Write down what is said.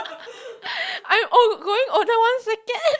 I'm old growing older one second